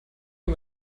man